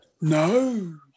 No